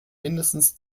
mindestens